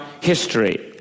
history